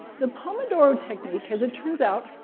the pomodoro technique, as it turns out,